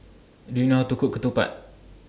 Do YOU know How to Cook Ketupat